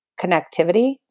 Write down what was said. connectivity